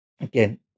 Again